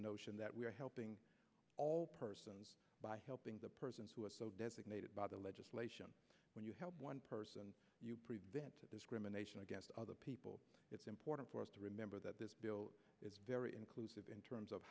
notion that we are helping all persons by helping the persons who are so designated by the legislation when you help one person prevent discrimination against other people it's important for us to remember that this bill is very inclusive in terms of